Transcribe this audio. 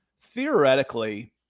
theoretically